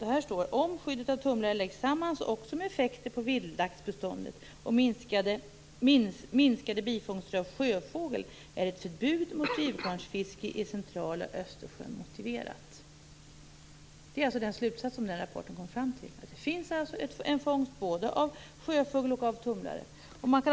I den står: Om skyddet av tumlare läggs samman med effekter på vildlaxbeståndet och minskade bifångster av sjöfågel är ett förbud mot drivgarnsfiske i centrala Det är alltså den slutsats som man kom fram till i rapporten. Det finns en fångst både av sjöfågel och av tumlare.